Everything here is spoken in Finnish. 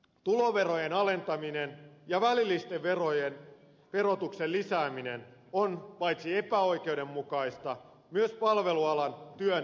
tuloveron alentaminen ja välillisen verotuksen lisääminen on paitsi epäoikeudenmukaista myös palvelualan työn verottamista